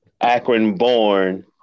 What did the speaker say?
Akron-born